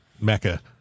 Mecca